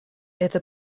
это